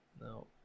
no